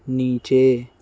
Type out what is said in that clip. نیچے